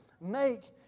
make